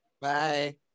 bye